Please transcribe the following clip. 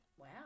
Wow